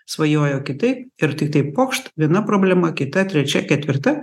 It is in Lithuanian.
svajojo kitaip ir tiktai pokšt viena problema kita trečia ketvirta